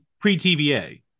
pre-tva